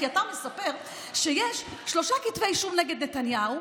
כי אתה מספר שיש שלושה כתבי אישום נגד נתניהו.